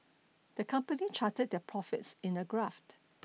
the company charted their profits in a graph